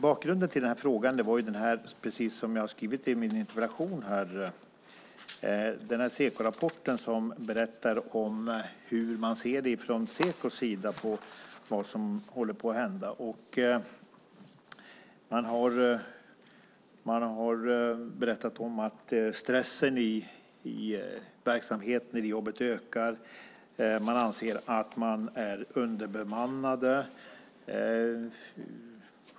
Bakgrunden till frågan var, precis som jag har skrivit i min interpellation, den Sekorapport som berättar hur man från Sekos sida ser på vad som håller på att hända. Man har berättat att stressen i jobbet ökar. Man anser att de är underbemannade.